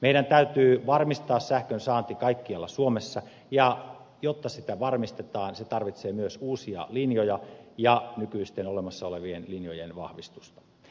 meidän täytyy varmistaa sähkön saanti kaikkialla suomessa ja jotta sitä varmistetaan se tarvitsee myös uusia linjoja ja nykyisten olemassa olevien linjojen vahvistusta